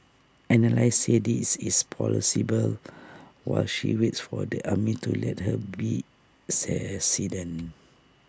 analysts say this is plausible while she waits for the army to let her be